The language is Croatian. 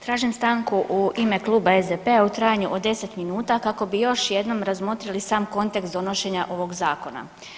Tražim stanku u ime Kluba SDP-a u trajanju od 10 minuta kako bi još jednom razmotrili sam kontekst donošenja ovog zakona.